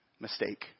mistake